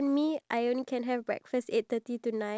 mine is like a just mini one